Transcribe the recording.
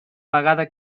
vegada